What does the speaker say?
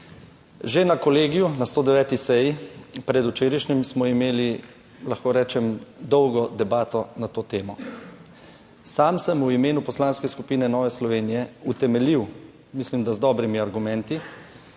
Že na kolegiju, na 109. seji predvčerajšnjim, smo imeli, lahko rečem, dolgo debato na to temo. Sam sem v imenu Poslanske skupine Nove Slovenije utemeljil, mislim, da z dobrimi argumenti,